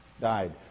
died